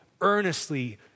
earnestly